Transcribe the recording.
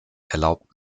erlaubt